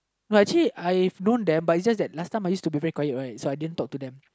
no actually I've known them but is just that last time I used to be very quiet right so I didn't talk to them